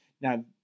Now